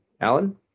Alan